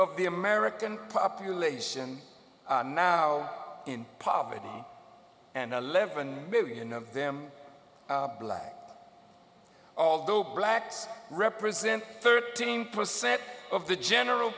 of the american population now in poverty and eleven million of them black although blacks represent thirteen percent of the general